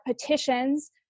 petitions